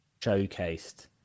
showcased